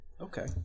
Okay